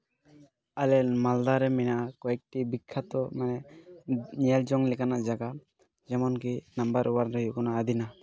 ᱟᱞᱮ ᱢᱟᱞᱫᱟ ᱨᱮ ᱢᱮᱱᱟᱜ ᱠᱚᱭᱮᱠᱴᱤ ᱵᱤᱠᱠᱷᱟᱛᱚ ᱢᱟᱱᱮ ᱧᱮᱞ ᱡᱚᱝ ᱞᱮᱠᱟᱱᱟᱜ ᱡᱟᱭᱜᱟ ᱡᱮᱢᱚᱱ ᱠᱤ ᱱᱟᱢᱵᱟᱨ ᱚᱣᱟᱱ ᱨᱮ ᱦᱩᱭᱩᱜ ᱠᱟᱱᱟ ᱟᱫᱤᱱᱟ